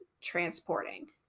transporting